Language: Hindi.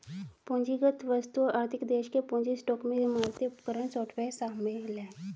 पूंजीगत वस्तुओं आर्थिक देश के पूंजी स्टॉक में इमारतें उपकरण सॉफ्टवेयर शामिल हैं